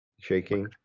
shaking